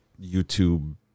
YouTube